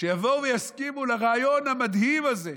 שיבואו ויסכימו לרעיון המדהים הזה,